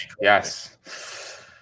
yes